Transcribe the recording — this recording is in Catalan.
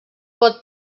pot